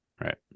right